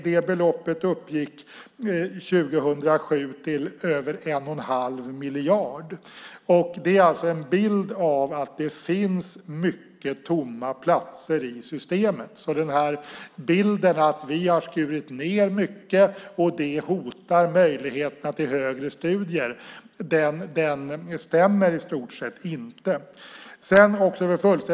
Det beloppet uppgick 2007 till över 1 1⁄2 miljard. Det är en bild av att det finns mycket tomma platser i systemet. Så bilden att vi har skurit ned mycket och att det hotar möjligheterna till högre studier stämmer i stort sett inte.